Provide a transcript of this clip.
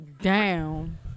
down